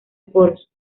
poros